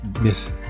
Miss